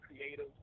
creative